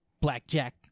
Blackjack